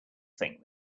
thing